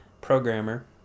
programmer